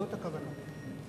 זאת הכוונה.